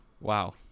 Wow